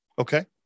Okay